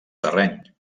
terreny